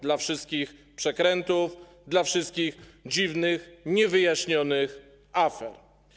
Dla wszystkich przekrętów, dla wszystkich dziwnych, niewyjaśnionych afer.